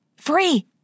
Free